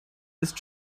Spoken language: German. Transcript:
ist